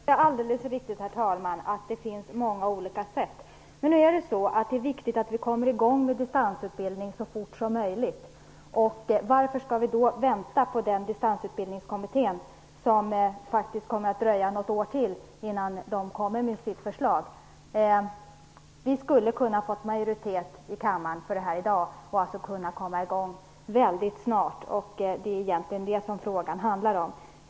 Herr talman! Det är alldeles riktigt att det finns många olika sätt. Men det är viktigt att vi kommer i gång med distansutbildning så fort som möjligt. Varför skall vi då vänta på Distansutbildningskommittén, vars förslag dröjer ytterligare något år? Vi skulle ha kunnat få majoritet i kammaren i dag för detta och därmed ha kunnat komma i gång mycket snart. Det är egentligen det som frågan handlar om.